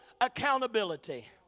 accountability